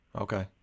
Okay